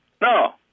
no